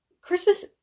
Christmas